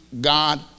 God